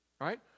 right